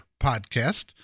Podcast